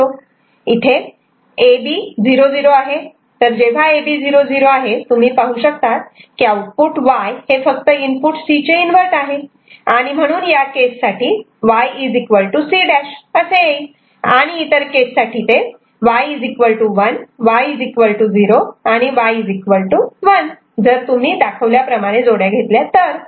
येथे A B 0 0 आहे तर जेव्हा A B 0 0 तेव्हा तुम्ही पाहू शकतात की आउटपुट Y हे फक्त इनपुट C चे इन्व्हर्ट आहे आणि म्हणून या केससाठी Y C' असे येईल आणि इतर केससाठी Y 1 Y 0 आणि Y 1 जर तुम्ही अशाच जोड्या घेतल्या तर